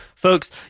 Folks